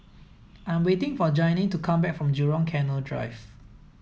I'm waiting for Janine to come back from Jurong Canal Drive